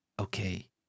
Okay